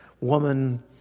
woman